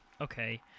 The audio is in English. Okay